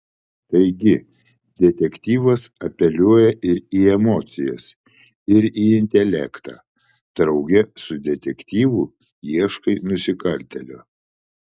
taigi detektyvas apeliuoja ir į emocijas ir į intelektą drauge su detektyvu ieškai nusikaltėlio